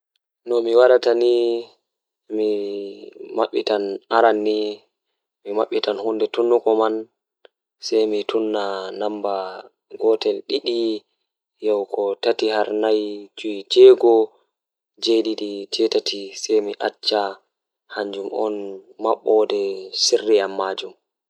Tomi hebi siwtaare jei asaweerekomi burtaa wadugo kam mi siwtan mi waala mi daanotomi fini fajjira baawo mi juuliu mi nyaami mi wurtan yaasi mi tefa sobiraabe am be wara ko mi jooda mi hiira be mabbe to jemma wadi mi warta mi daano mi siwtina yonki am.